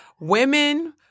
women